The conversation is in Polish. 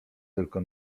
tylko